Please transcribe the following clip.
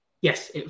Yes